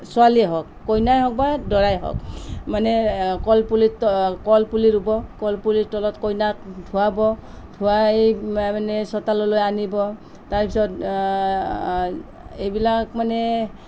ছোৱালীয়েই হওঁক কইনাই হওঁক বা দৰাই হওঁক মানে কলপুলিত কলপুলি ৰুব কলপুলিৰ তলত কইনাক ধুৱাব ধুৱাই মানে চোতাললৈ আনিব তাৰ পিছত এইবিলাক মানে